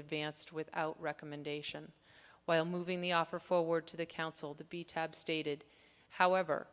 advanced without recommendation while moving the offer forward to the council the be tab stated however